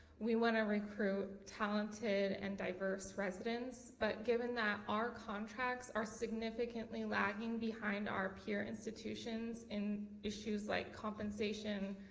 we want to recruit talented and diverse residents. but given that our contracts are significantly lagging behind our peer institutions in issues like compensation,